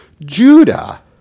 Judah